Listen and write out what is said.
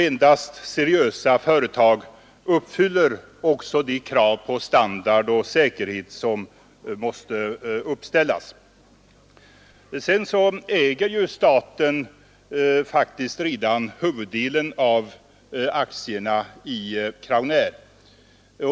Endast seriösa företag uppfyller de krav på standard och säkerhet som måste uppställas. Staten äger faktiskt redan huvuddelen av aktierna i Crownair.